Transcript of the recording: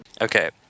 Okay